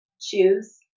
choose